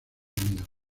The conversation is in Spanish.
unidos